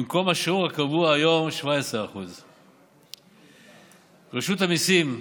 במקום השיעור הקבוע היום, 17%. רשות המיסים,